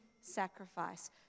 sacrifice